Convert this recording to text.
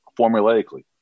formulaically